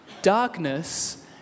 Darkness